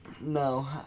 No